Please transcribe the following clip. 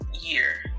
year